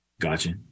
Gotcha